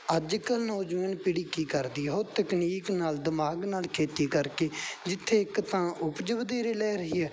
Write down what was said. ਅੱਜ ਕੱਲ੍ਹ ਨੌਜਵਾਨ ਪੀੜੀ ਕੀ ਕਰਦੀ ਉਹ ਤਕਨੀਕ ਨਾਲ ਦਿਮਾਗ ਨਾਲ ਖੇਤੀ ਕਰਕੇ ਜਿੱਥੇ ਇੱਕ ਤਾਂ ਉਪਜ ਵਧੇਰੇ ਲੈ ਰਹੀ ਹੈ